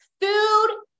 Food